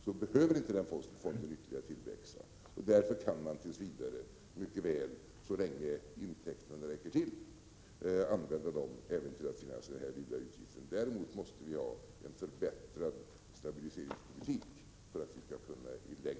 Så länge intäkterna räcker till kan de mycket väl användas även till att finansiera denna lilla utgift. Däremot måste stabiliseringspolitiken förbättras, om detta skall kunna skötas i längden.